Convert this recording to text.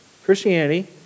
Christianity